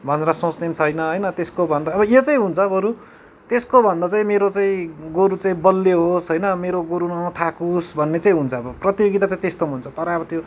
भनेर सोच्ने पनि छैन होइन अब त्यसको भन्दा अब यो चाहिँ हुन्छ बरू त्यसको भन्दा चाहिँ मेरो चाहिँ गोरु चाहिँ बलियो होस् होइन मेरो गोरु नथाकोस् भन्ने चाहिँ हुन्छ अब प्रतियोगिता चाहिँ त्यस्तोमा हुन्छ तर अब त्यो